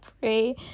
pray